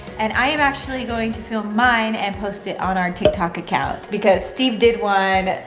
and i'm actually going to film mine and post it on our tiktok account. because steve did one,